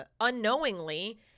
unknowingly